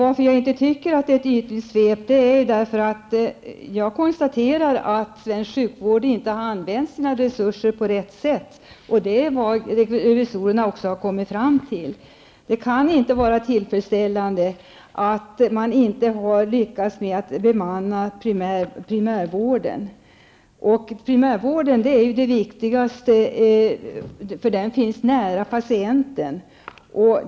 Att jag inte tycker att det är ett ytligt svep beror på att jag kan konstatera att svensk sjukvård inte använt sina resurser på rätt sätt. Det är vad också revisorerna har kommit fram till. Det kan inte var tillfredsställande att man inte har lyckats med att bemanna primärvården. Primärvården är det viktigaste, för den finns nära patienten.